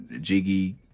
jiggy